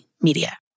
Media